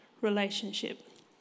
relationship